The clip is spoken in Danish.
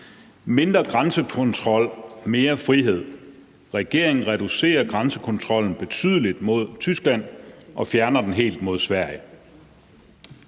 Mindre grænsekontrol og mere frihed; regeringen reducerer grænsekontrollen betydeligt mod Tyskland og fjerner den helt mod Sverige.